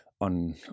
on